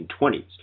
1920s